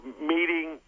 meeting